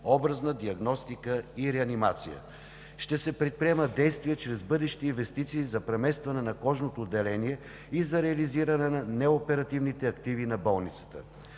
образна диагностика и реанимация; ще се предприемат действия – чрез бъдещи инвестиции, за преместване на кожното отделение и за реализиране на неоперативните активи на болницата;